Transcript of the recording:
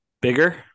Bigger